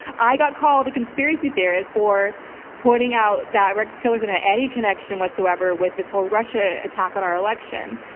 i got called a conspiracy theorist for pointing out that rex tillerson had any connection whatsoever with this whole russia attack on our election.